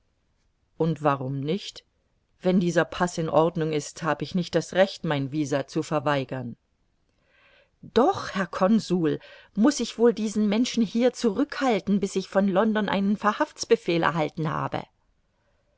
und warum nicht wenn dieser paß in ordnung ist hab ich nicht das recht mein visa zu verweigern doch herr consul muß ich wohl diesen menschen hier zurückhalten bis ich von london einen verhaftsbefehl erhalten habe